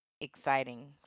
exciting